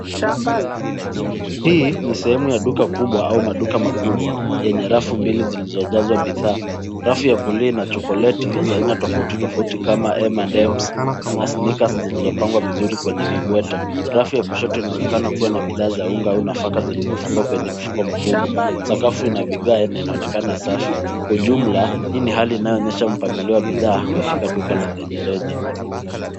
Hii ni sehemu ya duka kubwa au maduka makubwa yenye rafu mbili zilizojazwa bidhaa . Rafu ya kulia ina chokoleti za aina tofauti tofauti kama vile M&M's na sneakers zilizopangwa vizuri kwenye vibweta. Rafu ya kushoto inaonekana kuwa na bidhaa za unga au nafaka zilizofungwa kwenye mfuko mkubwa. Sakafu ina vigae na inaonekana safi . Ujumla hii ni hali inayoonyesha mpangilio wa bidhaa katika duka la rejareja.